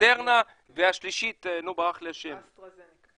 מודרנה ושל אסטרה זניקה.